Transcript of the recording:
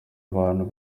abantu